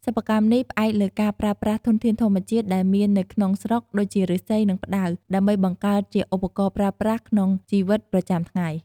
សិប្បកម្មនេះផ្អែកលើការប្រើប្រាស់ធនធានធម្មជាតិដែលមាននៅក្នុងស្រុក ដូចជាឬស្សី និងផ្តៅ ដើម្បីបង្កើតជាឧបករណ៍ប្រើប្រាស់ក្នុងជីវិតប្រចាំថ្ងៃ។